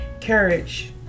Courage